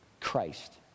Christ